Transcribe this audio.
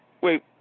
Wait